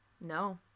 No